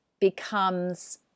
becomes